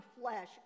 flesh